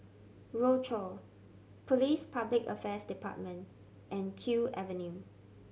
Rochor Police Public Affairs Department and Kew Avenue